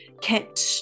kept